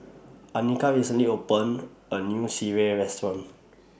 Anika recently opened A New Sireh Restaurant